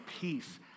peace